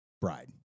bride